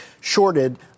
shorted